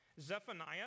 Zephaniah